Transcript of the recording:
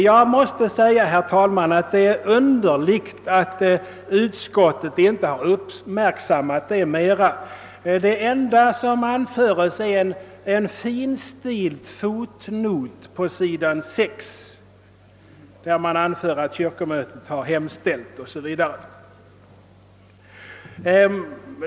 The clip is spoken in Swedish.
Jag måste säga, herr talman, att det är underligt att utskottet inte mera uppmärksammat senaste kyrkomötes beslut. Det enda man företer är en finstilt fotnot på sidan 6 i utskottets utlåtande, i vilken anföres att kyrkomötet »hemställt att förslaget förelägges riksdagen för godkännande».